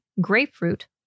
grapefruit